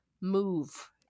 move